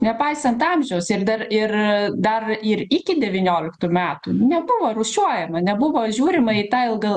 nepaisant amžiaus ir dar ir dar ir iki devynioliktų metų nebuvo rūšiuojama nebuvo žiūrima į tą ilga